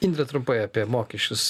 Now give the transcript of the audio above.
indre trumpai apie mokesčius